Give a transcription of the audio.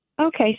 Okay